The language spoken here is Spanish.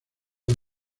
del